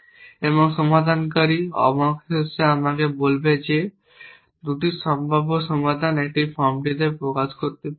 এবং সমাধানকারী অবশেষে আমাকে বলবে যে এই 2টি সম্ভাব্য সমাধান এটি এই ফর্মটিতে প্রকাশ করতে পারে না